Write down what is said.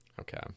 Okay